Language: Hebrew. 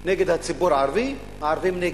נגד הציבור הערבי: הערבים נגד.